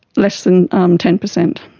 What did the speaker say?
less than um ten percent.